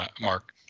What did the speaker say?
Mark